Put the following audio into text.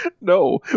No